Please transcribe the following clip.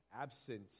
absent